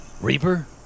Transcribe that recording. Reaper